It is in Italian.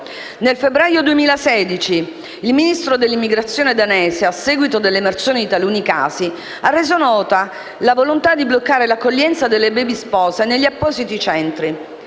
Nel febbraio 2016, il Ministro dell'immigrazione danese, a seguito dell'emersione di taluni casi, ha reso nota la volontà di bloccare l'accoglienza delle *baby* spose negli appositi centri.